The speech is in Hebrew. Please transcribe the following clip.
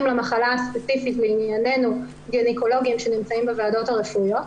למחלה הספציפית לענייננו גניקולוגים שנמצאים בוועדות הרפואיות,